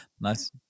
Nice